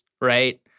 right